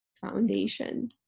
foundation